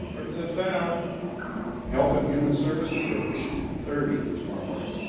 represent stein our health and human services at eight thirty tomorrow morning